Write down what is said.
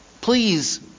please